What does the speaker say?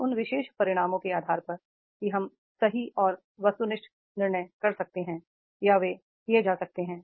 और उन विशेष परिणामों के आधार पर कि हम सही और वस्तुनिष्ठ निर्णय कर सकते हैं या वे किए जा सकते हैं